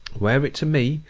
were it to me,